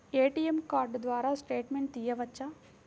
ATM card ద్వారా statement తీయవచ్చా?